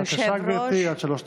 בבקשה, גברתי, עד שלוש דקות.